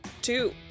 two